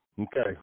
Okay